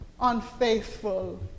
unfaithful